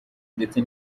ndetse